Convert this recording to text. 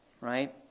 Right